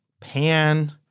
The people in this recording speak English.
pan